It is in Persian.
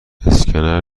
اسکنر